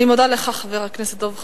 אני מודה לך, חבר הכנסת דב חנין.